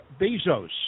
Bezos